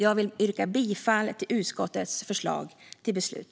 Jag vill yrka bifall till utskottets förslag till beslut.